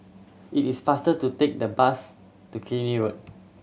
it is faster to take the bus to Killiney Road